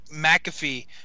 McAfee